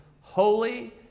holy